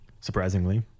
surprisingly